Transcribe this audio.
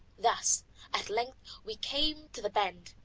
thus at length we came to the bend,